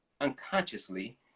unconsciously